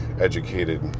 educated